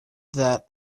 that